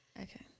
Okay